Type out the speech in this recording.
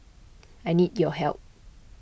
I need your help